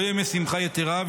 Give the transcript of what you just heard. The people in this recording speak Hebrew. לא ימי שמחה יתרה.